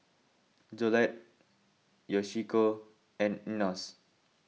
Jolette Yoshiko and Enos